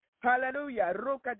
Hallelujah